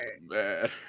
man